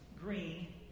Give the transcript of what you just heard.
green